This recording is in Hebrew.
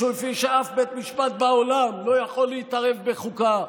כפי שאף בית משפט בעולם לא יכול להתערב בחוקה.